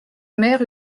mère